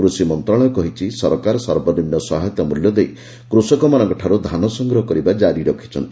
କୃଷି ମନ୍ତ୍ରଶାଳୟ କହିଛି ସରକାର ସର୍ବନିମ୍ନ ସହାୟତା ମୂଲ୍ୟ ଦେଇ କୃଷକମାନଙ୍କଠାରୁ ଧାନ ସଂଗ୍ରହ କରିବା କାରି ରଖିଛନ୍ତି